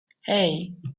hey